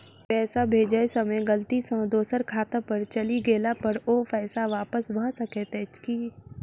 पैसा भेजय समय गलती सँ दोसर खाता पर चलि गेला पर ओ पैसा वापस भऽ सकैत अछि की?